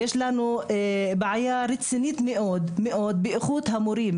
יש לנו בעיה רצינית מאוד באיכות המורים,